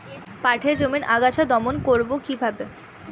পাটের জমির আগাছা দমন করবো কিভাবে?